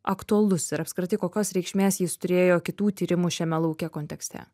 aktualus ir apskritai kokios reikšmės jis turėjo kitų tyrimų šiame lauke kontekste